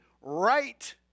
right